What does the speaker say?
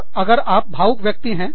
और अगर आप भावुक व्यक्ति हैं